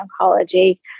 Oncology